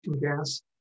gas